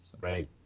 Right